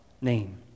name